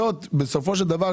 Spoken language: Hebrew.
בסופו של דבר,